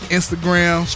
Instagram